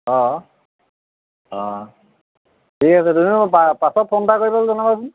অঁ অঁ ঠিক আছে তুমি মোক পাছত ফোন এটা কৰি জনাবাচোন